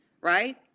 right